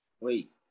wait